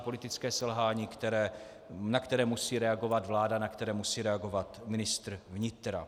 Politické selhání, na které musí reagovat vláda, na které musí reagovat ministr vnitra.